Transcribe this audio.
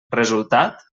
resultat